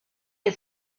you